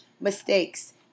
mistakes